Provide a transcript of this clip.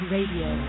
Radio